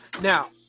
Now